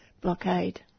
blockade